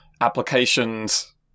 applications